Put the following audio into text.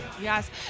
Yes